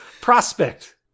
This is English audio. Prospect